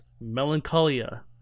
Melancholia